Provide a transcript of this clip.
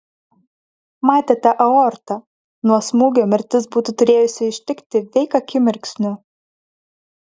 matėte aortą nuo smūgio mirtis būtų turėjusi ištikti veik akimirksniu